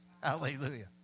Hallelujah